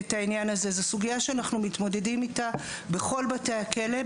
זו סוגיה שאנחנו מתמודדים איתה בכל בתי הכלא.